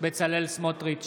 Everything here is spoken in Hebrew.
בצלאל סמוטריץ'